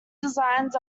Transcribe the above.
designs